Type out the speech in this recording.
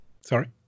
sorry